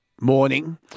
morning